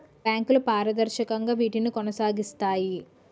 బ్యాంకులు పారదర్శకంగా వీటిని కొనసాగిస్తాయి